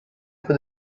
for